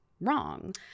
wrong